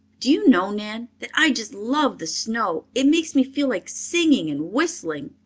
do you know, nan, that i just love the snow. it makes me feel like singing and whistling.